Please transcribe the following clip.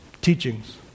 teachings